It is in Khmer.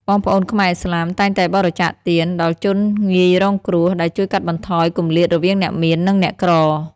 បងប្អូនខ្មែរឥស្លាមតែងតែបរិច្ចាគទាន ដល់ជនងាយរងគ្រោះ ដែលជួយកាត់បន្ថយគម្លាតរវាងអ្នកមាន និងអ្នកក្រ។